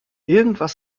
irgendwas